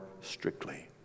strictly